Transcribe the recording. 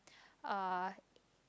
uh